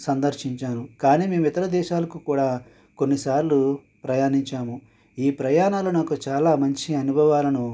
సందర్శించారు కానీ మేము ఇతర దేశాలకు కూడా కొన్నిసార్లు ప్రయాణించాము ఈ ప్రయాణాలను నాకు చాలా మంచి అనుభవాలను అందించాయి